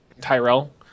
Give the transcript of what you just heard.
Tyrell